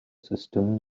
system